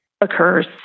occurs